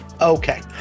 Okay